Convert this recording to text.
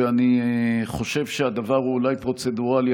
ואני חושב שהדבר הוא אולי פרוצדורלי,